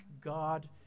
God